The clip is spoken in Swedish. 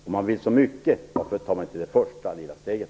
Om man vill så mycket, varför tar man inte det första, lilla steget?